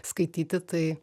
skaityti tai